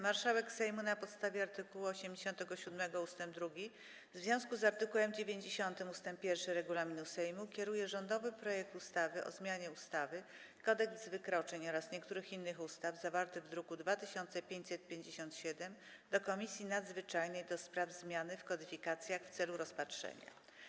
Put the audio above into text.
Marszałek Sejmu, na podstawie art. 87 ust. 2 w związku z art. 90 ust. 1 regulaminu Sejmu, kieruje rządowy projekt ustawy o zmianie ustawy Kodeks wykroczeń oraz niektórych innych ustaw, zawarty w druku nr 2557, do Komisji Nadzwyczajnej do spraw zmian w kodyfikacjach w celu rozpatrzenia.